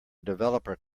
developer